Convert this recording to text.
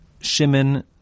Shimon